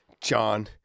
John